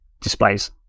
displays